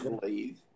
believe